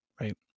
Right